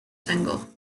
single